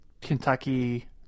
Kentucky